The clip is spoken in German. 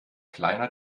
kleiner